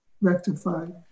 rectified